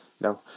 no